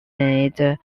made